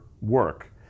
work